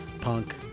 Punk